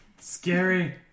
Scary